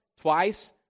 twice